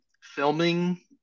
filming